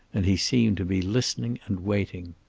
and he seemed to be listening and waiting.